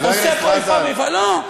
מקומכם לא אתנו,